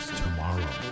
tomorrow